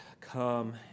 come